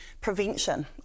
prevention